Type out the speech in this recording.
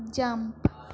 jump